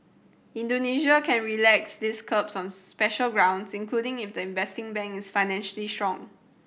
Indonesia can relax these curbs on special grounds including if the investing bank is financially strong